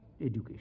education